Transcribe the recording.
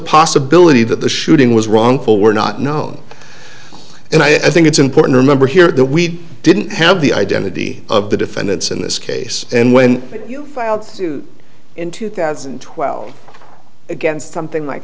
possibility that the shooting was wrongful were not known and i think it's important to remember here that we didn't have the identity of the defendants in this case and when you filed in two thousand and twelve against something like